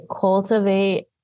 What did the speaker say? cultivate